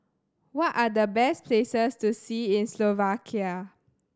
what are the best places to see in Slovakia